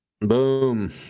Boom